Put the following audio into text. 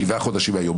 שבעה חודשים מהיום,